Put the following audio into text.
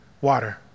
water